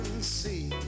see